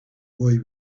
boy